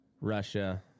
Russia